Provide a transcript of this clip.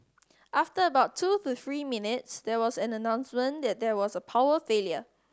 after about two to three minutes there was an announcement that there was a power failure